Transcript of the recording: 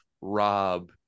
Rob